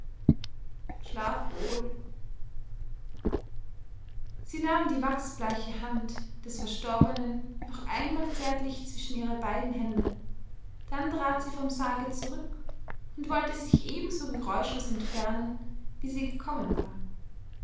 schlaf wohl sie nahm die wachsbleiche hand des verstorbenen noch einmal zärtlich zwischen ihre beiden hände dann trat sie vom sarge zurück und wollte sich ebenso geräuschlos entfernen wie sie gekommen war